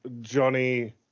Johnny